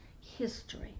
History